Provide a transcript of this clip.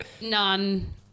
none